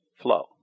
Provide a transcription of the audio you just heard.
flow